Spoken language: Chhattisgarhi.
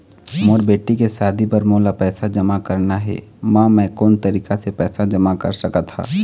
मोर बेटी के शादी बर मोला पैसा जमा करना हे, म मैं कोन तरीका से पैसा जमा कर सकत ह?